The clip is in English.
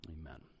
Amen